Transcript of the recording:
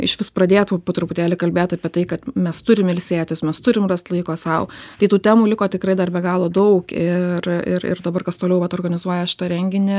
išvis pradėtų po truputėlį kalbėt apie tai kad mes turim ilsėtis mes turim rast laiko sau tai tų temų liko tikrai dar be galo daug ir ir ir dabar kas toliau vat organizuoja šitą renginį